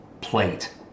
plate